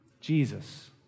Jesus